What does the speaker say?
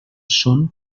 són